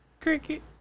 Cricket